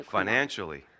financially